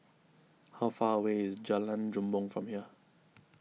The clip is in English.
how far away is Jalan Bumbong from here